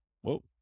Whoa